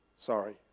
Sorry